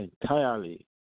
entirely